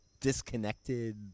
disconnected